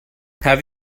have